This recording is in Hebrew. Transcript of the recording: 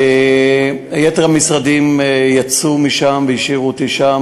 יתר המשרדים יצאו משם והשאירו אותי שם,